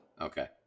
Okay